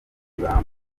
ibamba